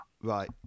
Right